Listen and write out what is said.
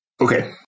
Okay